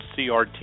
CRT